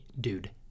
Dude